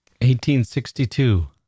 1862